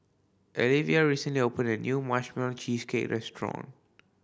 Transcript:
Alivia recently open a new cheesecake restaurant